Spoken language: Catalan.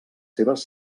seves